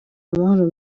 amahoro